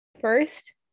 first